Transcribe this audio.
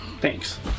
Thanks